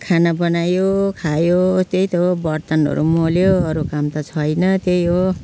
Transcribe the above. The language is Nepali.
खाना बनायो खायो त्यही त हो बर्तनहरू मोल्यो अरू काम त छैन त्यही हो